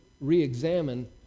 re-examine